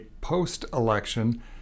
post-election